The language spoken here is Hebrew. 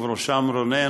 ובראשם רונן,